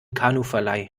kanuverleih